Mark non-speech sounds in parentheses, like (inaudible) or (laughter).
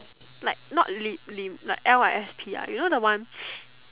like not lip lip like L I S P ah you know the one (breath)